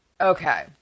Okay